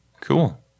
Cool